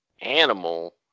Animal